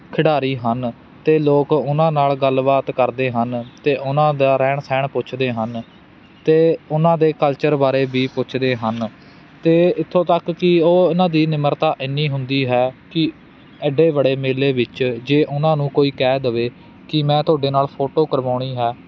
ਖਿਡਾਰੀ ਹਨ ਅਤੇ ਲੋਕ ਉਹਨਾਂ ਨਾਲ ਗੱਲਬਾਤ ਕਰਦੇ ਹਨ ਅਤੇ ਉਨ੍ਹਾਂ ਦਾ ਰਹਿਣ ਸਹਿਣ ਪੁੱਛਦੇ ਹਨ ਅਤੇ ਉਨ੍ਹਾਂ ਦੇ ਕਲਚਰ ਬਾਰੇ ਵੀ ਪੁੱਛਦੇ ਹਨ ਅਤੇ ਇੱਥੋਂ ਤੱਕ ਕਿ ਉਹ ਇਹਨਾਂ ਦੀ ਨਿਮਰਤਾ ਐਨੀ ਹੁੰਦੀ ਹੈ ਕਿ ਐਡੇ ਬੜੇ ਮੇਲੇ ਵਿੱਚ ਜੇ ਉਹਨਾਂ ਨੂੰ ਕੋਈ ਕਹਿ ਦੇਵੇ ਕਿ ਮੈਂ ਤੁਹਾਡੇ ਨਾਲ ਫੋਟੋ ਕਰਵਾਉਣੀ ਹੈ